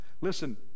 listen